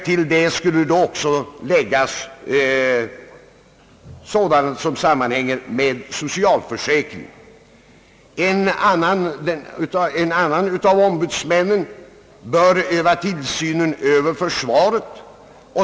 Till detta skall också läggas sådant som sammanhänger med socialförsäkringen. En annan av ombudsmännen bör öva tillsyn över försvaret.